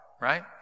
right